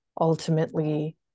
ultimately